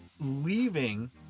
leaving